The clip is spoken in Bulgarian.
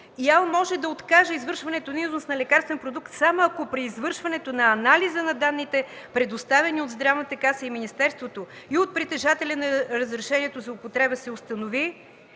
може да откаже извършването на износ на лекарствен продукт само ако при извършването на анализа на данните, предоставяни от Здравната каса и министерството, както и от притежателя на разрешението за употреба, се установи,